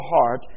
heart